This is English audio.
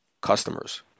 customers